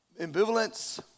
ambivalence